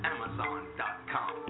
Amazon.com